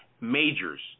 majors